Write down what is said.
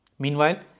Meanwhile